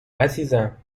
عزیزم